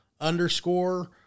underscore